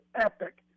epic